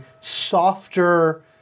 softer